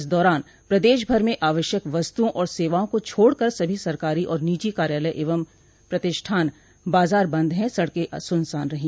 इस दौरान प्रदेश भर में आवश्यक वस्तुओं और सेवाओं को छोड़कर सभी सरकारी और निजी कार्यालय एवं प्रतिष्ठान बाजार बंद है सड़कें सुनसान रहीं